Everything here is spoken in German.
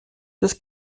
des